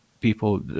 people